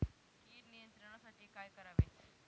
कीड नियंत्रणासाठी काय करावे?